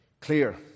clear